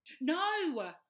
No